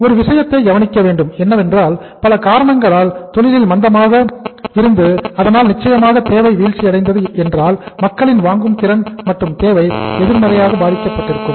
ஒரு விஷயத்தை கவனிக்க வேண்டும் என்னவென்றால் பல காரணங்களால் தொழிலில் மந்தமாக இருந்தது அதனால் நிச்சயமாக தேவை வீழ்ச்சியடைந்தது ஏனென்றால் மக்களின் வாங்கும் திறன் மற்றும் தேவை எதிர்மறையாக பாதிக்கப்பட்டிருந்தது